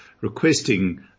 requesting